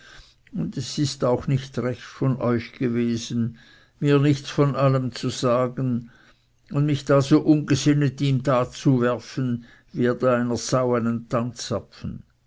und es ist auch nicht recht von euch gewesen mir nichts von allem zu sagen und mich da so ungesinnet ihm darzuwerfen wie einer